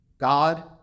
God